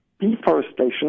Deforestation